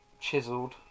chiselled